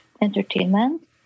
entertainment